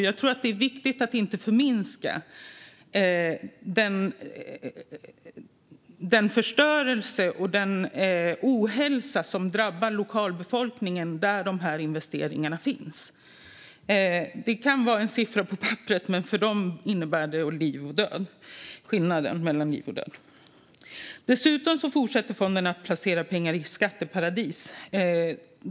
Jag tror att det är viktigt att inte förminska den förstörelse och den ohälsa som drabbar lokalbefolkningen där dessa investeringar görs. För oss kan det vara en siffra på ett papper, men för dem innebär det skillnaden mellan liv och död. Dessutom fortsätter fonderna att placera pengar i skatteparadis.